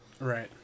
Right